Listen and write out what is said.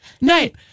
night